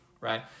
right